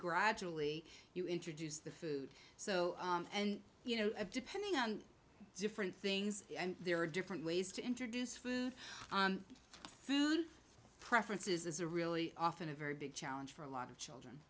gradually you introduce the food so and you know depending on different things and there are different ways to introduce food food preferences is a really often a very big challenge for a lot of children